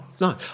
No